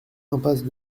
impasse